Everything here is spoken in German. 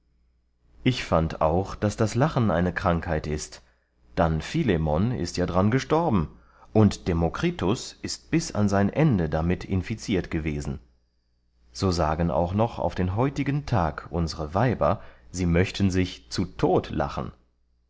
ich fand auch daß lachen eine krankheit ist dann philemon ist ja dran gestorben und democritus ist bis an sein ende damit infiziert gewesen so sagen auch noch auf den heutigen tag unsere weiber sie möchten sich zu tot lachen